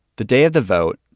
the day of the vote,